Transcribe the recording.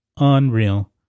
Unreal